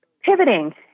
pivoting